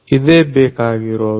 ಇದೇ ಬೇಕಾಗಿರುವುದು